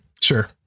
sure